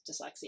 dyslexia